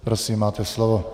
Prosím, máte slovo.